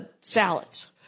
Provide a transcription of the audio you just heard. salads